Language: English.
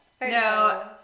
No